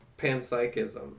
panpsychism